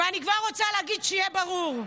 ואני כבר רוצה להגיד, שיהיה ברור: